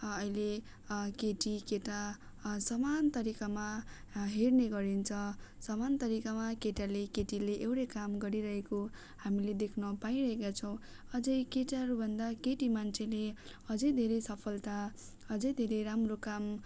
अहिले केटीकेटा समान तरिकामा हेर्ने गरिन्छ समान तरिकामा केटाले केटीले एउटै काम गरिरहेको हामीले देख्न पाइरहेका छौँ अझै केटाहरूभन्दा केटी मान्छेले अझै धेरै सफलता अझै धेरै राम्रो काम